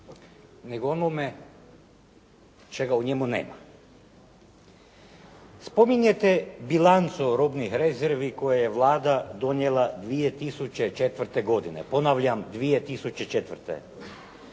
nego onome čega u njemu nema. Spominjete bilancu robnih rezervi koju je Vlada donijela 2004. godine, ponavljam 2004. Prema